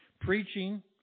preaching